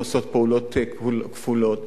עושות פעולות כפולות,